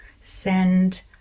send